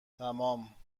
تمام